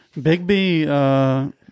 Bigby